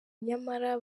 nyamara